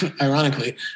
ironically